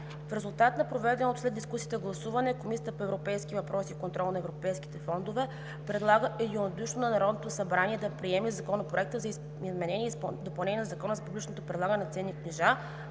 В резултат на проведеното след дискусията гласуване Комисията по европейските въпроси и контрол на европейските фондове предлага единодушно на Народното събрание да приеме Законопроект за изменение и допълнение на Закона за публичното предлагане на ценни книжа,